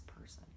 person